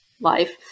life